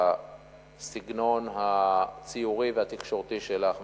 בסגנון הציורי והתקשורתי שלך,